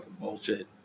bullshit